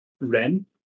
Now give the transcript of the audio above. Ren